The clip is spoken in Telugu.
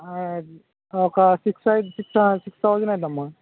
ఒక సిక్స్ సిక్స్ సిక్స్ థౌజండ్ అవుతుందమ్మా